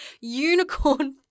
unicorn